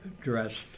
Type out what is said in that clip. dressed